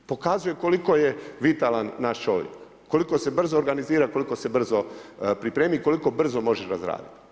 Pokazuje koliko je vitalan naš čovjek, koliko se brzo organizira, koliko se brzo pripremi i koliko brzo može razraditi.